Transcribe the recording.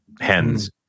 hens